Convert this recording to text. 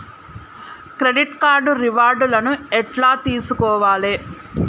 Credit card reward లను ఎట్ల తెలుసుకోవాలే?